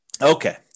Okay